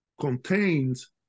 contains